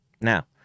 Now